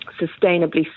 sustainably